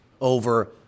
over